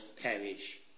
perish